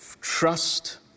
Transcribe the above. trust